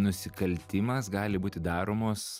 nusikaltimas gali būti daromos